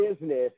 business